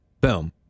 Boom